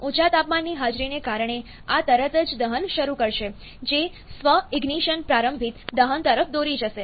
ઊંચા તાપમાનની હાજરીને કારણે આ તરત જ દહન શરૂ કરશે જે સ્વ ઇગ્નીશન પ્રારંભિત દહન તરફ દોરી જશે